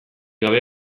gabe